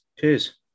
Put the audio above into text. Cheers